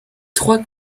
trois